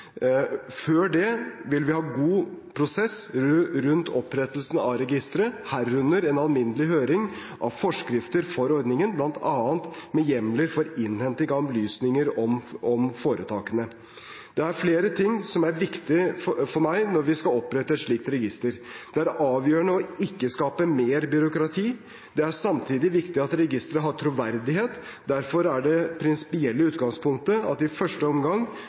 Før det vil vi ha en god prosess rundt opprettelsen av registeret, herunder en alminnelig høring av forskrifter for ordningen, bl.a. med hjemler for innhenting av opplysninger om foretakene. Det er flere ting som er viktig for meg når vi skal opprette et slikt register. Det er avgjørende ikke å skape mer byråkrati. Det er samtidig viktig at registeret har troverdighet. Derfor er det prinsipielle utgangspunktet at det i første omgang